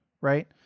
right